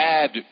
add